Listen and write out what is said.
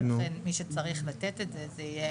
ולכן מי שצריך לתת את זה, זה יהיה